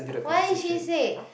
why is she sick